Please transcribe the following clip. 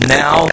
now